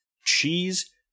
Cheese